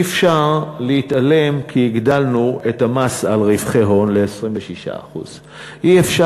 אי-אפשר להתעלם מכך שהגדלנו את המס על רווחי הון ל-26% סליחה,